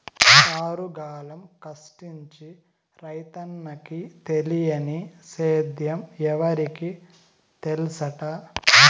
ఆరుగాలం కష్టించి రైతన్నకి తెలియని సేద్యం ఎవరికి తెల్సంట